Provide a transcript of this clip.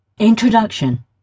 Introduction